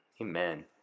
Amen